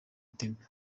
temple